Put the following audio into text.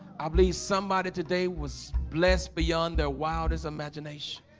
i believe somebody today was blessed beyond their wildest imagination